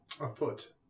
afoot